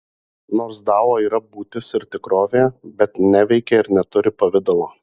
nors dao yra būtis ir tikrovė bet neveikia ir neturi pavidalo